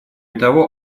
того